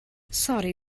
sori